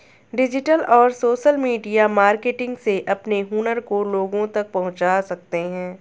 digital और social media marketing से अपने हुनर को लोगो तक पहुंचा सकते है